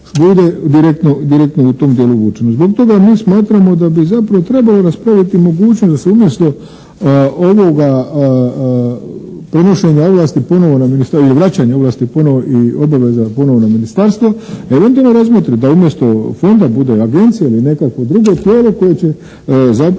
bude direktno u tom dijelu uvučena. Zbog toga mi smatramo da bi zapravo trebalo raspraviti mogućnost da se umjesto ovoga prenošenja ovlasti ponovo na, i vraćanja obaveza ponovo na ministarstvo, eventualno razmotri. Da umjesto fonda bude agencija ili nekakvo drugo tijelo koje će zapravo